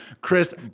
Chris